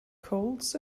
colds